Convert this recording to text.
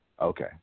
Okay